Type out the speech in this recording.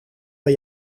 bij